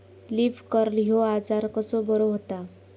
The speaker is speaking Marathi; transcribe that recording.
लीफ कर्ल ह्यो आजार कसो बरो व्हता?